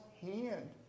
hand